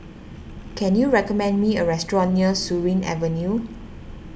can you recommend me a restaurant near Surin Avenue